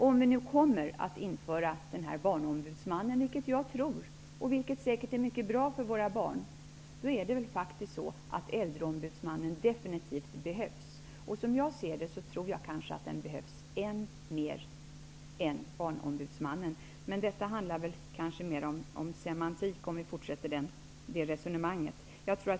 Om vi nu kommer att införa barnombudsmannen -- vilket jag tror, och vilket säkert är mycket bra för våra barn -- behövs definitivt också äldreombudsmannen. Jag tror att han behövs än mer än barnombudsmannen. Det handlar kanske mer om semantik om vi fortsätter det resonemanget.